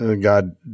God